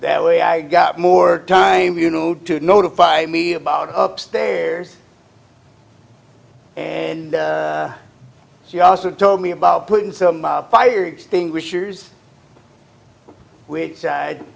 that way i got more time you know to notify me about up stairs and she also told me about putting some fire extinguishers which